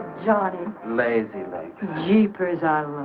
lazy jeepers are.